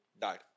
died